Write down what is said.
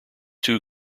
two